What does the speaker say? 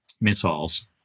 missiles